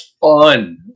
fun